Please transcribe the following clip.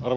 puhemies